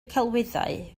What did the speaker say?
celwyddau